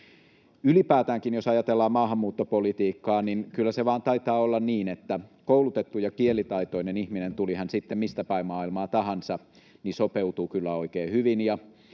Ylipäätäänkin jos ajatellaan maahanmuuttopolitiikkaa, niin kyllä se vain taitaa olla niin, että koulutettu ja kielitaitoinen ihminen, tuli hän sitten mistä päin maailmaa tahansa, sopeutuu kyllä oikein hyvin,